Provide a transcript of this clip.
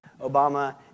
Obama